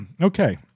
Okay